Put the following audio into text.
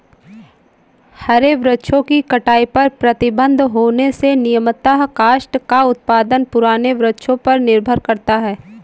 हरे वृक्षों की कटाई पर प्रतिबन्ध होने से नियमतः काष्ठ का उत्पादन पुराने वृक्षों पर निर्भर करता है